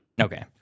Okay